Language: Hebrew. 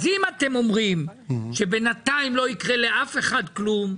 אם אתם אומרים שבינתיים לא יקרה לאף אחד כלום,